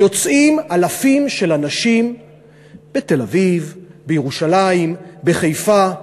יוצאים אלפים של אנשים בתל-אביב, בירושלים, בחיפה,